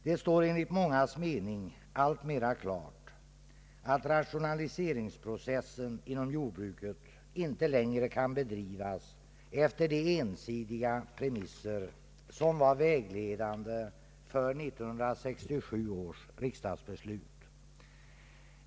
Det står enligt mångas mening alltmera klart att rationaliseringsprocessen inom jordbruket inte längre kan bedrivas efter de ensidiga premisser som var vägledande för 1967 års riksdagsbeslut.